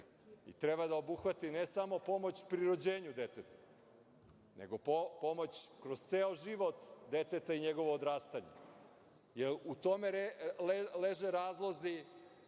treba da obuhvati ne samo pomoć pri rođenju deteta, nego pomoć kroz ceo život deteta i njegovo odrastanje, jer u tome leže razlozi